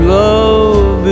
love